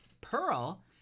pearl